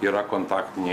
yra kontaktiniai